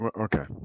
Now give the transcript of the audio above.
Okay